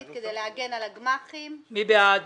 נגד, מיעוט